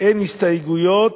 אין הסתייגויות.